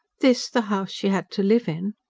this the house she had to live in?